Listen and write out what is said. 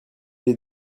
est